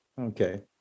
Okay